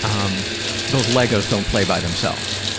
um those legos don't play by themselves.